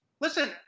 Listen